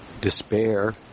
despair